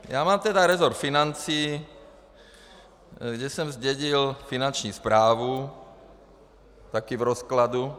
Já mám tedy resort financí, kde jsem zdědil Finanční správu také v rozkladu.